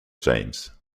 james